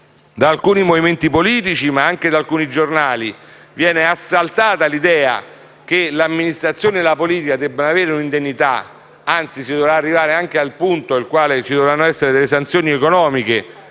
di alcuni movimenti politici, ma anche di alcuni giornali, viene assaltata l'idea che componenti dell'amministrazione e della politica debbano avere un'indennità. Anzi, si dovrà arrivare al punto in cui dovranno esserci delle sanzioni economiche